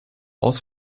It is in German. aus